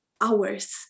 hours